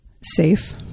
safe